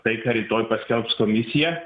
tai ką rytoj paskelbs komisija